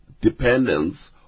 dependence